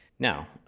now